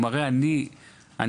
הוא מראה - אני מוהל.